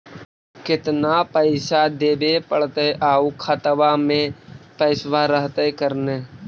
केतना पैसा देबे पड़तै आउ खातबा में पैसबा रहतै करने?